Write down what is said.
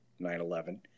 9-11